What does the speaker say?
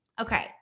Okay